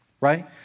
right